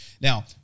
Now